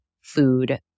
food